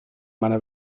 meiner